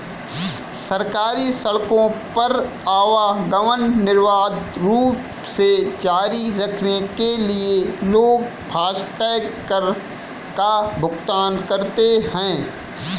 सरकारी सड़कों पर आवागमन निर्बाध रूप से जारी रखने के लिए लोग फास्टैग कर का भुगतान करते हैं